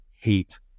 hate